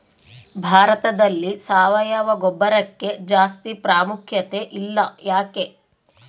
ಭಾರತದಲ್ಲಿ ಸಾವಯವ ಗೊಬ್ಬರಕ್ಕೆ ಜಾಸ್ತಿ ಪ್ರಾಮುಖ್ಯತೆ ಇಲ್ಲ ಯಾಕೆ?